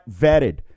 vetted